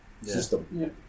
system